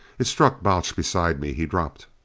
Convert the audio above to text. it struck balch beside me. he dropped.